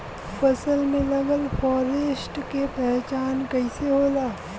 फसल में लगल फारेस्ट के पहचान कइसे होला?